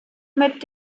mit